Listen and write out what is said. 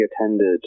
attended